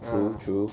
true true